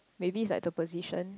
maybe is like the position